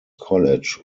college